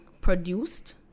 produced